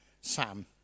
Sam